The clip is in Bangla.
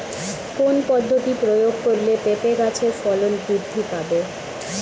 কোন পদ্ধতি প্রয়োগ করলে পেঁপে গাছের ফলন বৃদ্ধি পাবে?